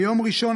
ביום ראשון,